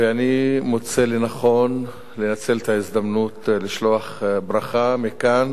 ואני מוצא לנכון לנצל את ההזדמנות לשלוח ברכה מכאן